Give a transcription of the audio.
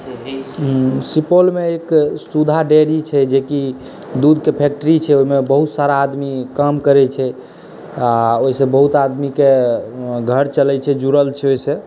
सुपौलमे एक सुधा डेयरी छै जेकि दूधके फैक्ट्री छै ओहिमे बहुत सारा आदमी काम करै छै आओर ओहिसँ बहुत आदमीके छै घर चलै छै जुड़ल छै ओहिसँ